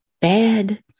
bad